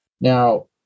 Now